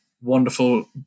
wonderful